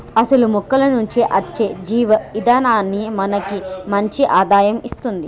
అసలు మొక్కల నుంచి అచ్చే జీవ ఇందనాన్ని మనకి మంచి ఆదాయం ఇస్తుంది